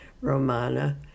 Romana